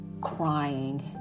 crying